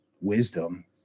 wisdom